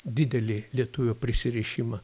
didelį lietuvio prisirišimą